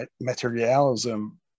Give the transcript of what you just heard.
materialism